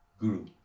guru